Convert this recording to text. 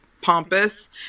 pompous